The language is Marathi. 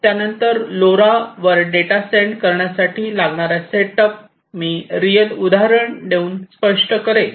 त्यानंतर लोरा वर डेटा सेंड करण्यासाठी लागणारा सेट अप मी रियल उदाहरण देऊन स्पष्ट करेल